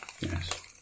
Yes